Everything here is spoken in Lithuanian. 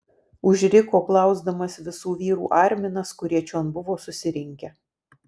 užriko klausdamas visų vyrų arminas kurie čion buvo susirinkę